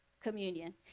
Communion